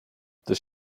does